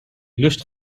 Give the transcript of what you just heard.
lust